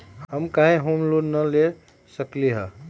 हम काहे home loan न ले सकली ह?